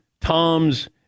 Tom's